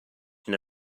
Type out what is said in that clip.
der